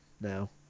now